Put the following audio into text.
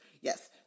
Yes